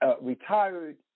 retired